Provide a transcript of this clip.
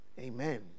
Amen